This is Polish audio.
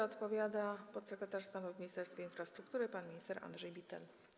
Odpowiada podsekretarz stanu w Ministerstwie Infrastruktury pan minister Andrzej Bittel.